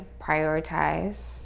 prioritize